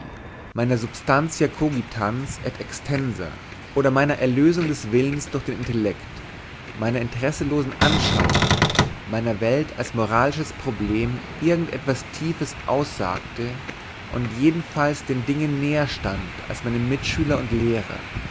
meiner substantia cogitans et extensa oder meiner erlösung des willens durch den intellekt meiner interesselosen anschauung meiner welt als moralisches problem irgend etwas tiefes aussagte und jedenfalls den dingen näher stand als meine mitschüler und lehrer